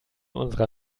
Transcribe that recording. unserer